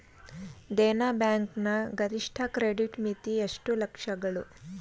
Dena bank ನ ಗರಿಷ್ಠ credit ಮಿತಿ ಎಷ್ಟು ಲಕ್ಷಗಳು?